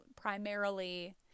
primarily